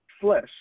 flesh